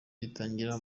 ritangira